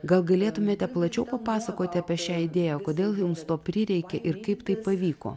gal galėtumėte plačiau papasakoti apie šią idėją kodėl jums to prireikė ir kaip tai pavyko